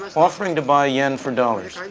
offering to buy yen for dollars.